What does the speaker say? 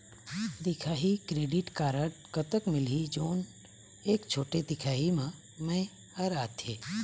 दिखाही credit card कतक मिलही जोन एक छोटे दिखाही म मैं हर आथे?